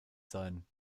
sein